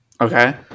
Okay